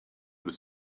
with